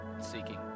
seeking